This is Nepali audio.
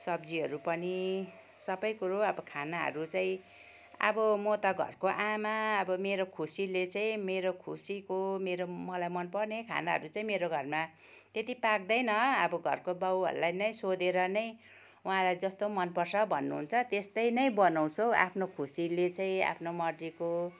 सब्जीहरू पनि सबै कुरो अब खानाहरू चाहिँ अब म त घरको आमा अब मेरो खुसीले चाहिँ मेरो खुसीको मेरो मलाई मनपर्ने खानाहरू चाहिँ मेरो घरमा त्यति पाक्दैन अब घरको बाउहरूलाई सोधेर नै उहाँलाई जस्तो मनपर्छ भन्नुहुन्छ त्यस्तै नै बनाउँछु आफ्नो खुसीले चाहिँ आफ्नो मर्जिको